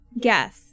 Guess